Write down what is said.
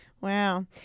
Wow